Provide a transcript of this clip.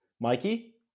Mikey